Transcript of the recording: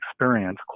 experience